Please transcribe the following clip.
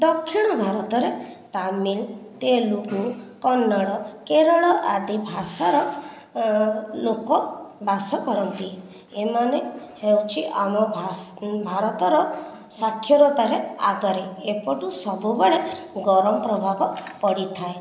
ଦକ୍ଷିଣ ଭାରତରେ ତାମିଲ ତେଲେଗୁ କନ୍ନଡ଼ କେରଳ ଆଦି ଭାଷାର ଲୋକ ବାସ କରନ୍ତି ଏମାନେ ହେଉଛି ଆମ ଭା ଭାରତ ର ସାକ୍ଷରତା ରେ ଆଗରେ ଏପଟୁ ସବୁବେଳେ ଗରମ ପ୍ରଭାବ ପଡ଼ିଥାଏ